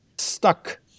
stuck